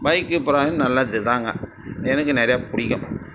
bike போகறது நல்லது தாங்க எனக்கு நிறையாப் பிடிக்கும்